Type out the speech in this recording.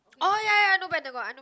oh ya ya not bad they got unknown